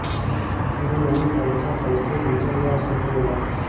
आन line पईसा कईसे भेजल जा सेकला?